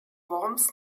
worms